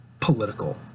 political